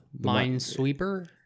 Minesweeper